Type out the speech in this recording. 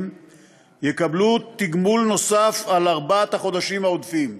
יקבלו תגמול נוסף על ארבעת החודשים העודפים.